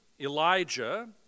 Elijah